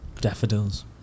Daffodils